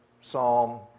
Psalm